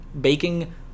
baking